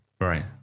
Right